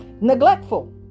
Neglectful